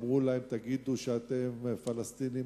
אמרו להם שיגידו שהם פלסטינים,